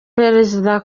perezida